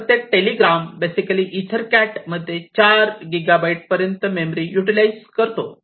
प्रत्येक telegram basically EtherCAT मध्ये 4 gigabyte पर्यंत मेमरी यूटिलिझेस करतो